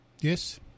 Yes